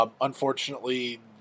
Unfortunately